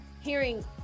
hearing